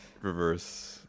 Reverse